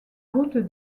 route